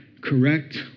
correct